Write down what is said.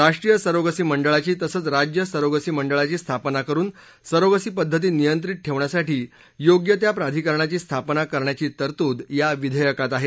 राष्ट्रीय सरोगसी मंडळाची तसंच राज्य सरोगसी मंडळाची स्थापना करुन सरोगसी पद्धती नियंत्रित ठेवण्यासाठी योग्य त्या प्राधिकरणाची स्थापना करण्याची तरतूद या विधेयकात आहे